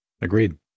agreed